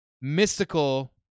mystical